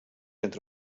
entre